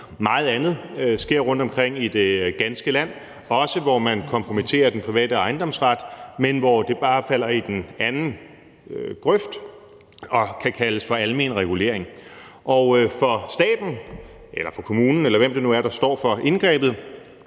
Meget andet sker rundtomkring i det ganske land, også hvor man kompromitterer den private ejendomsret, men hvor det bare falder i den anden grøft og kan kaldes for almen regulering. Og for staten eller kommunen, eller hvem det nu er, der står for indgrebet,